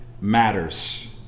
matters